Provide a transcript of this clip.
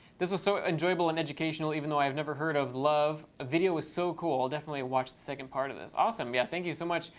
this was so enjoyable and educational even though i have never heard of love. the video was so cool. i'll definitely watch the second part of this. awesome, yeah, thank you so much,